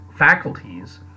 Faculties